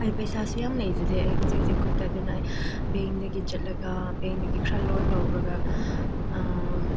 ꯑꯩ ꯄꯩꯁꯥꯁꯨ ꯌꯥꯝ ꯂꯩꯖꯗꯦ ꯑꯩ ꯍꯧꯖꯤꯛ ꯍꯧꯖꯤꯛ ꯈꯨꯠꯇ ꯑꯗꯨꯅ ꯑꯩ ꯕꯦꯡꯗꯒꯤ ꯆꯠꯂꯒ ꯕꯦꯡꯗꯒꯤ ꯈꯔ ꯂꯣꯟ ꯂꯧꯔꯒ